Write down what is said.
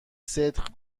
صدق